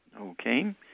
Okay